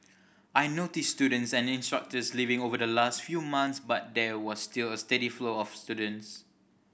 I noticed students and instructors leaving over the last few months but there was still a steady flow of students